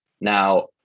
Now